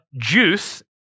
juice